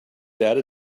data